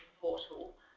portal